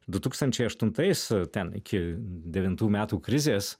du tūkstančiai aštuntais ten iki devintų metų krizės